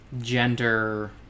gender